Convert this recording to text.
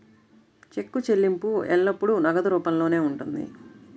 చెక్కు చెల్లింపు ఎల్లప్పుడూ నగదు రూపంలోనే ఉంటుంది